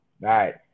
right